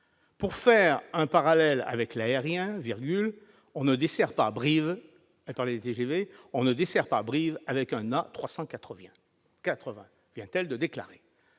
Pour faire un parallèle avec l'aérien, on ne dessert pas Brive avec un A380 »: voilà ce que vient de déclarer